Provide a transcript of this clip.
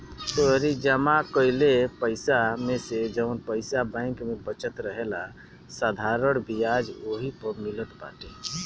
तोहरी जमा कईल पईसा मेसे जवन पईसा बैंक में बचल रहेला साधारण बियाज ओही पअ मिलत बाटे